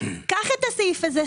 קח את הסעיף הזה,